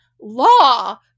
law